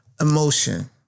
emotion